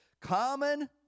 common